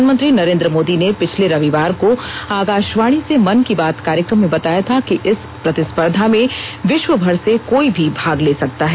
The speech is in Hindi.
प्रधानमंत्री नरेन्द्र मोदी ने पिछले रविवार को आकाशवाणी से मन की बात कार्यक्रम में बताया था कि इस प्रतिस्पर्धा में विश्वर भर से कोई भी भाग ले सकता है